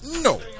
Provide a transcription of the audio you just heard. No